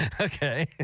Okay